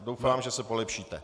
Doufám, že se polepšíte.